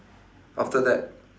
after that